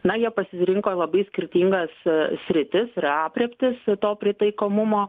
na jie pasirinko labai skirtingas sritis ir aprėptis to pritaikomumo